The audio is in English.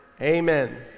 Amen